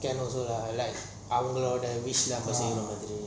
can also lah அவங்களோட:avangaloda wish நம்ம செய்ற மாதிரி:namma seira maathiri